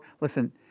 Listen